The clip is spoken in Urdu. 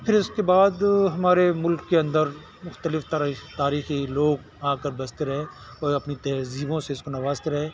پھر اس کے بعد ہمارے ملک کے اندر مختلف طرح تاریخی لوگ آ کر بستے رہے اور اپنی تہذیبوں سے اس کو نوازتے رہے